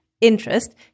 Interest